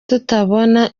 tutabona